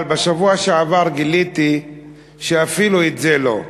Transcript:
אבל בשבוע שעבר גיליתי שאפילו זה לא.